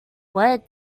what